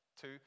Two